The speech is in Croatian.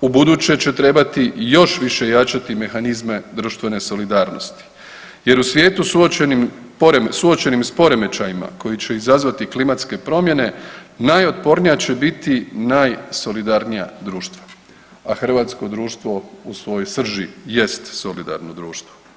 ubuduće će trebati još više jačati mehanizme društvene solidarnosti jer u svijetu suočenim s poremećajima koji će izazvati klimatske promjene, najotpornija će biti najsolidarnija društva, a hrvatskoj društvo u svojoj srži jest solidarno društvo.